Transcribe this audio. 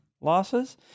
losses